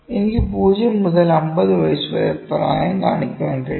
എനിക്ക് 0 മുതൽ 50 വയസ്സ് വരെ പ്രായം കാണിക്കാൻ കഴിയും